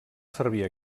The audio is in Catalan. servir